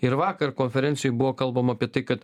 ir vakar konferencijoj buvo kalbama apie tai kad